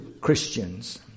Christians